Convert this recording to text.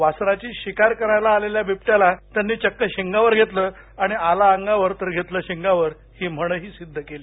वासराची शिकार करायला आलेल्या बिबट्याला त्यांनी चक्क शिंगावर घेतलं आणि आला अंगावर तर घेतला शिंगावर अशी म्हणही सिध्द केली